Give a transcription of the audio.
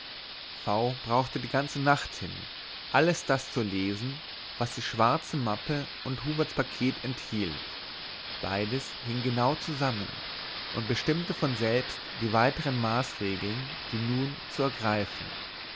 v brachte die ganze nacht hin alles das zu lesen was die schwarze mappe und huberts paket enthielt beides hing genau zusammen und bestimmte von selbst die weitern maßregeln die nun zu ergreifen